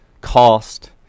cost